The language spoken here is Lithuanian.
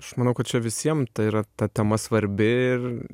aš manau kad čia visiem tai yra ta tema svarbi ir